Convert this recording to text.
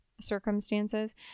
circumstances